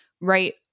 right